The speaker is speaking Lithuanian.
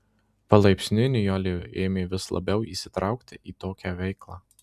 palaipsniui nijolė ėmė vis labiau įsitraukti į tokią veiklą